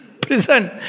prison